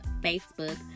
Facebook